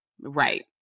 right